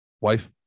Wife